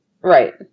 right